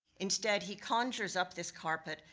instead, he conjures up this carpet,